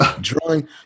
Drawing